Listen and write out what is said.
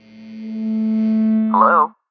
Hello